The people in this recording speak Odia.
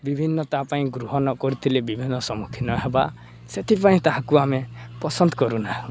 ବିଭିନ୍ନ ତା ପାଇଁ ଗୃହ ନ କରିଥିଲେ ବିଭିନ୍ନ ସମ୍ମୁଖୀନ ହେବା ସେଥିପାଇଁ ତାହାକୁ ଆମେ ପସନ୍ଦ କରୁନାହୁଁ